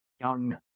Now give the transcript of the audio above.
young